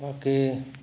बाकी